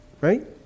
right